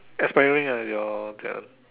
expiring ah ya your te~